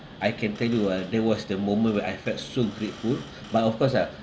I can tell you ah that was the moment where I felt so grateful but of course ah